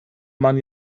man